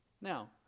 Now